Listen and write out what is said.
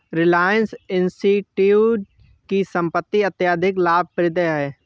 रिलायंस इंडस्ट्रीज की संपत्ति अत्यधिक लाभप्रद है